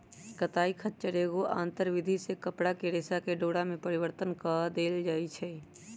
कताई खच्चर एगो आंतर विधि से कपरा के रेशा के डोरा में परिवर्तन कऽ देइ छइ